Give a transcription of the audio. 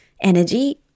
energy